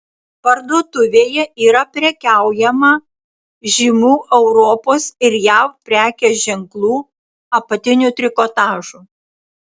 parduotuvėje yra prekiaujama žymių europos ir jav prekės ženklų apatiniu trikotažu